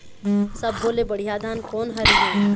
सब्बो ले बढ़िया धान कोन हर हे?